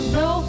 no